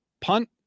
punt